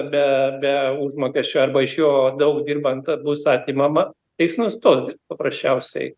be be užmokesčio arba iš jo daug dirbant bus atimama tai jis nustos dirbt paprasčiausiai